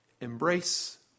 embrace